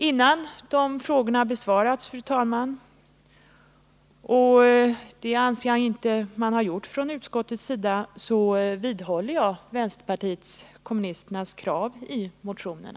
Innan de frågorna besvarats, fru talman — och det anser jag inte att man har gjort från utskottets sida — vidhåller jag vänsterpartiet kommunisternas krav i motionerna.